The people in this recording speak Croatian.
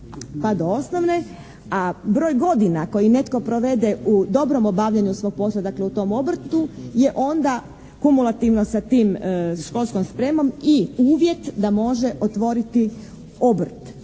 pa do osnovne. A broj godina koji netko provede u dobrom obavljanju svog posla, dakle u tom obrtu je ona kumulativno sa tim školskom spremom i uvjet da može otvoriti obrt.